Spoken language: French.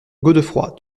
godefroid